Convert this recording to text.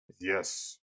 Yes